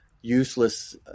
useless